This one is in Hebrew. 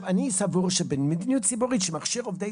אני סבור שבמדיניות ציבורית שמכשירה עובדי